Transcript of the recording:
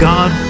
God